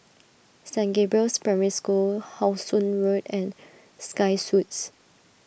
Saint Gabriel's Primary School How Sun Road and Sky Suites